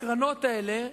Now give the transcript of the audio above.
הקרנות האלה,